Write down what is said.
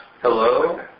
Hello